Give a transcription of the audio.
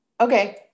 Okay